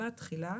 תחילה.